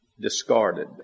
discarded